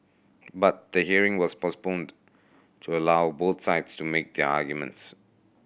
but the hearing was postponed to allow both sides to make their arguments